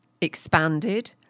expanded